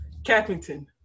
Cappington